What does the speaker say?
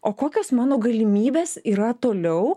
o kokios mano galimybės yra toliau